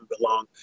belong